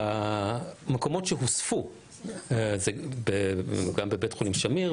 המקומות שהוספו הם בבית החולים שמיר,